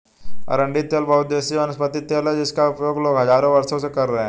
अरंडी तेल बहुउद्देशीय वनस्पति तेल है जिसका उपयोग लोग हजारों वर्षों से करते रहे हैं